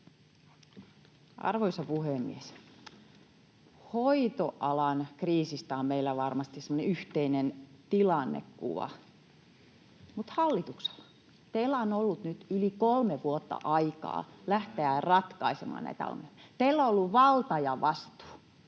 Arvoisa puhemies! Hoitoalan kriisistä on meillä varmasti semmoinen yhteinen tilannekuva, mutta, hallitus, teillä on ollut nyt yli kolme vuotta aikaa lähteä ratkaisemaan näitä ongelmia. Teillä on ollut valta ja vastuu.